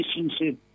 relationship